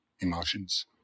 Emotions